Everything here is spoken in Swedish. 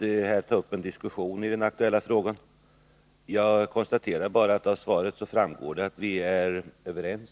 här ta upp en diskussion i den aktuella frågan. Jag konstaterar bara att det av svaret framgår att vi är överens.